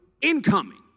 incoming